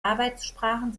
arbeitssprachen